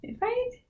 Right